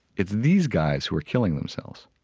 it's these guys who were killing themselves